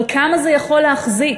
אבל כמה זה יכול להחזיק?